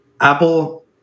apple